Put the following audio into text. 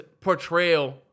portrayal